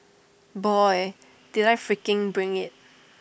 boy did I freaking bring IT